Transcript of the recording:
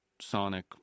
sonic